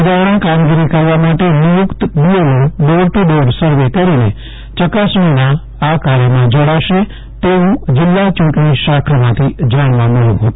સુધારણા કામગીરી કરવા માટે નિયુકત BLO door to door survey કરીને ચકાસણીના આ કાર્યમાં જોડાશે તેવું જિલ્લા ચૂંટણી શાખામાંથી જાણવા મબ્યું હતું